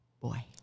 boy